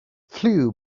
flew